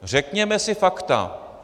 Řekněme si fakta.